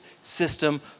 system